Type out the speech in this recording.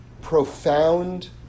profound